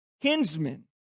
kinsmen